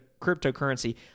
cryptocurrency